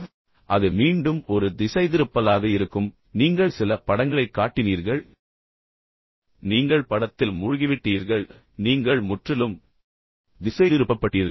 எனவே அது மீண்டும் ஒரு திசைதிருப்பலாக இருக்கும் பின்னர் நீங்கள் சில படங்களைக் காட்டினீர்கள் பின்னர் நீங்கள் படத்தில் மூழ்கிவிட்டீர்கள் நீங்கள் முற்றிலும் திசைதிருப்பப்பட்டீர்கள்